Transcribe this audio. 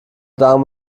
damen